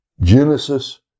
Genesis